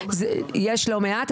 יש לא מעט.